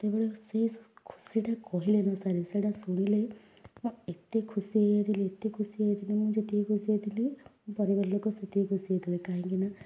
ସେତେବେଳେ ସେ ଖୁସିଟା କହିଲେ ନ ସରେ ସେଇଟା ଶୁଣିଲେ ମୁଁ ଏତେ ଖୁସି ହେଇଯାଇଥିଲି ଏତେ ଖୁସି ହେଇଯାଇଥିଲି ମୁଁ ଯେତିକି ଖୁସି ହେଇଥିଲି ମୋ ପରିବାର ଲୋକ ସେତିକି ଖୁସି ହେଇଥିଲେ କାହିଁକି ନା